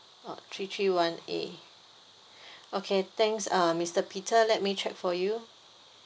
uh three three one A okay thanks uh mister peter let me check for you